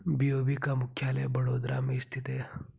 BOB का मुख्यालय बड़ोदरा में स्थित है